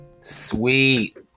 Sweet